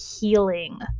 healing